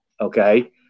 Okay